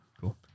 Cool